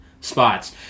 spots